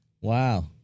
Wow